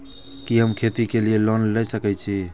कि हम खेती के लिऐ लोन ले सके छी?